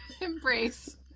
embrace